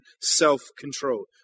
self-control